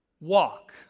walk